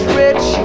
rich